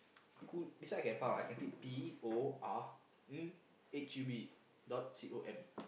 aku this one I can P O R N H U B dot C O M